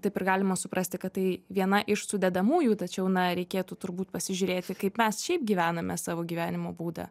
taip ir galima suprasti kad tai viena iš sudedamųjų tačiau na reikėtų turbūt pasižiūrėti kaip mes šiaip gyvename savo gyvenimo būdą